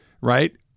Right